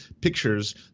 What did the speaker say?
pictures